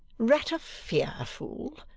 ratafia, fool?